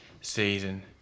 season